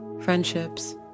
friendships